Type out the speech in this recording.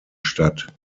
statt